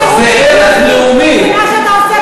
מה שאתה עושה,